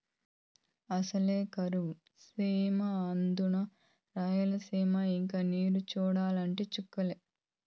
అసలే కరువు సీమ అందునా రాయలసీమ ఇక నీరు చూడాలంటే చుక్కలే